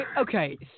okay